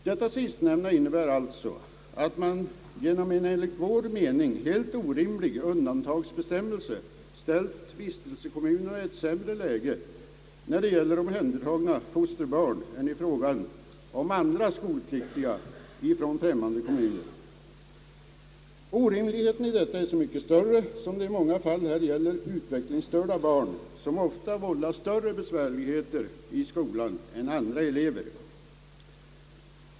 Detta sistnämnda innebär att man genom en enligt vår mening helt orimlig undantagsbestämmelse ställt vistelsekommunen i ett sämre läge när det gäller omhändertagna fosterbarn än när det gäller andra skolpliktiga från främmande kommuner, Orimligheten i detta är så mycket större som det i många fall gäller utvecklingsstörda barn, som ofta vållar större besvärligheter i skolan än andra elever.